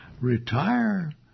retire